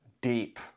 deep